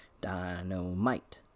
Dynamite